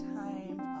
time